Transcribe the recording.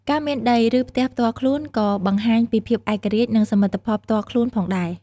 ការមានដី ឬផ្ទះផ្ទាល់ខ្លួនក៏បង្ហាញពីភាពឯករាជ្យ និងសមិទ្ធផលផ្ទាល់ខ្លួនផងដែរ។